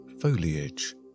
foliage